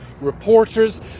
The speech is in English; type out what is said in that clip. reporters